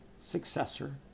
successor